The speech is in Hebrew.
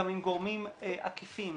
גם עם גורמים עקיפים